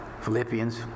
Philippians